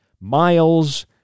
miles